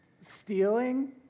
stealing